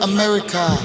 America